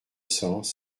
cents